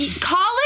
College